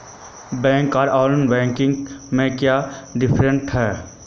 Bank आर non banking में क्याँ डिफरेंस है?